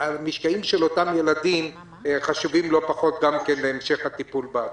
המשקעים אצל אותם ילדים חשובים לא פחות להמשך הטיפול בעתיד.